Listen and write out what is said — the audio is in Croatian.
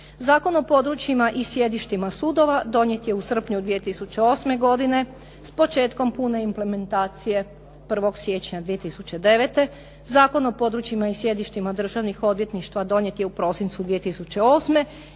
Zakon o područjima i sjedištima sudova donijet je u srpnju 2008. godine s početkom pune implementacije 1. siječnja 2009., Zakon o područjima i sjedištima državnih odvjetništva donijet je u prosincu 2008. i